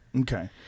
Okay